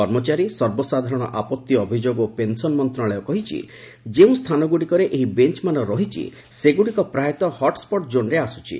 କର୍ମଚାରୀ ସର୍ବସାଧାରଣ ଆପତ୍ତି ଅଭିଯୋଗ ଓ ପେନସନ୍ ମନ୍ତଣାଳୟ କହିଛି ଯେଉଁ ସ୍ଥାନଗୁଡ଼ିକରେ ଏହି ବେଞ୍ଚମାନ ରହିଛି ସେଗୁଡ଼ିକ ପ୍ରାୟତଃ ହଟ୍ସ୍କଟ୍ ଜୋନ୍ରେ ଆସୁଛି